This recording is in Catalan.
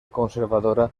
conservadora